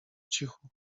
cichu